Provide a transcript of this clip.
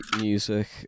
music